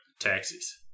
taxis